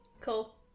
Cool